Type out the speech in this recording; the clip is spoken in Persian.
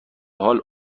حال